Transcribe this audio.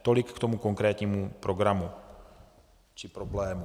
Tolik ke konkrétnímu programu či problému.